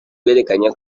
bwerekanye